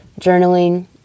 Journaling